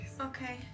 Okay